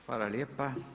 Hvala lijepa.